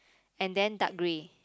and then dark grey